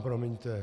Promiňte.